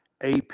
AP